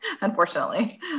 unfortunately